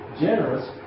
generous